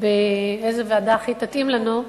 איזו ועדה הכי תתאים לנו?